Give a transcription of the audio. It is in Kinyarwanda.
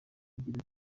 agira